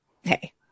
hey